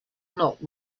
not